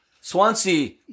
Swansea